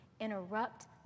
Interrupt